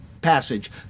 passage